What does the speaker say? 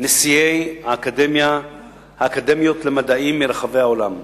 נשיאי אקדמיות למדעים מרחבי העולם.